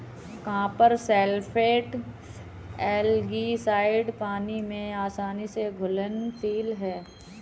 copper sulphate algicide पानी में आसानी से घुलनशील है